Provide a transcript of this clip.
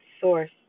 source